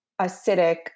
acidic